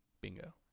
Bingo